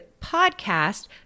podcast